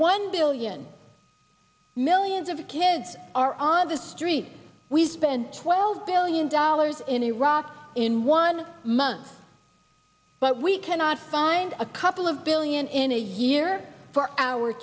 one billion millions of kids are on the streets we spent twelve billion dollars in iraq in one month but we cannot find a couple of billion in a year for our